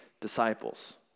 disciples